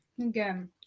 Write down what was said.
Again